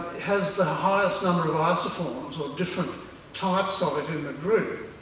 has the highest number of ah isoforms, or different types of it, in the group,